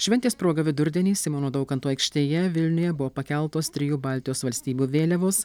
šventės proga vidurdienį simono daukanto aikštėje vilniuje buvo pakeltos trijų baltijos valstybių vėliavos